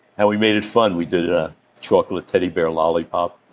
and we made it fun. we did a chocolate teddy bear lollipop.